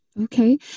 Okay